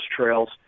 trails